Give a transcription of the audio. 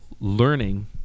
Learning